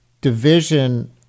division